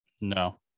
No